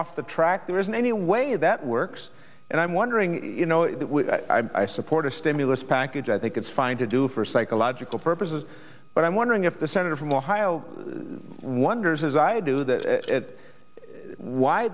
off the track there isn't any way that works and i'm wondering you know if i support a stimulus package i think it's fine to do for psychological purposes but i'm wondering if the senator from ohio wonders as i do that why